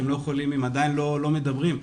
הם עדיין לא מדברים.